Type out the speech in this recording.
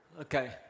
Okay